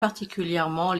particulièrement